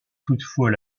toutefois